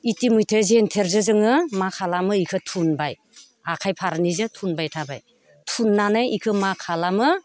इतिमध्ये जेन्तेरजों जोङो मा खालामो बेखौ थुनबाय आखाइ फारनैजों थुनबाय थाबाय थुननानै बेखौ मा खालामो